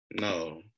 No